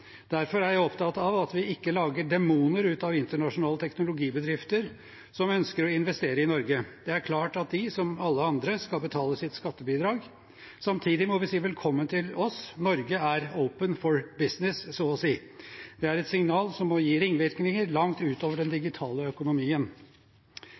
Derfor er jeg opptatt av at vi ikke lager demoner av internasjonale teknologibedrifter som ønsker å investere i Norge. Det er klart at de som alle andre skal betale sitt skattebidrag. Samtidig må vi si velkommen til oss. Norge er «open for business» – så å si. Det er et signal som må gi ringvirkninger langt utover den